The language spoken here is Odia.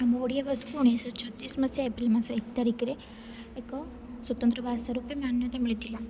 ଆମ ଓଡ଼ିଆ ଭାଷାକୁ ଉଣେଇଶିଶହ ଛତିଶି ମସିହା ଏପ୍ରିଲ ମାସ ଏକ ତାରିଖରେ ଏକ ସ୍ଵତନ୍ତ୍ର ଭାଷା ରୂପେ ମାନ୍ୟତା ମିଳିଥିଲା